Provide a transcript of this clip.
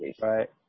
Right